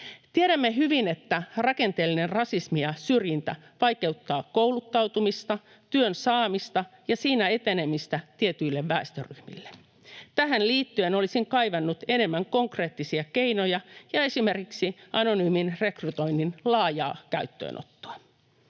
Tiedämme hyvin, että rakenteellinen rasismi ja syrjintä vaikeuttavat kouluttautumista sekä työn saamista ja siinä etenemistä tietyille väestöryhmille. Tähän liittyen olisin kaivannut enemmän konkreettisia keinoja ja esimerkiksi anonyymin rekrytoinnin laajaa käyttöönottoa.